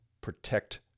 protect